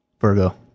virgo